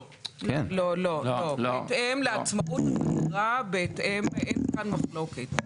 לא, בהתאם לעצמאות המשטרה ואין כאן מחלוקת.